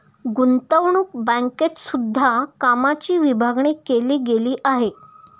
गुतंवणूक बँकेत सुद्धा कामाची विभागणी केली गेली आहे